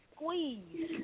Squeeze